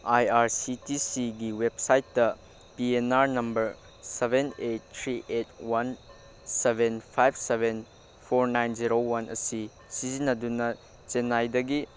ꯑꯥꯏ R C T ꯁꯤꯒꯤ ꯋꯦꯞꯁꯥꯏꯠꯇ P N R number seven A three eight one seven five seven four nine zero one ꯑꯁꯤ ꯁꯤꯖꯤꯟꯅꯗꯨꯅ ꯆꯦꯟꯅꯥꯏꯗꯒꯤ